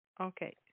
Okay